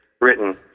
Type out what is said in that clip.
written